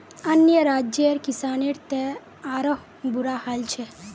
अन्य राज्यर किसानेर त आरोह बुरा हाल छेक